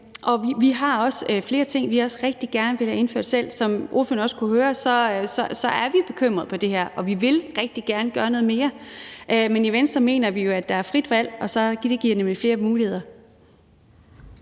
Vi har også selv flere ting, som vi gerne vil have indført. Som ordføreren også kunne høre, er vi bekymrede for det her, og vi vil rigtig gerne gøre noget mere. Men i Venstre mener vi jo, at der skal være frit valg, for det giver nemlig flere muligheder.